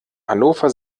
hannover